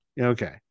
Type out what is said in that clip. okay